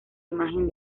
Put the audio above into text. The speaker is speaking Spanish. imagen